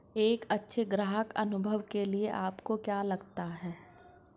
एक अच्छे ग्राहक अनुभव के लिए आपको क्या लगता है?